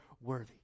worthy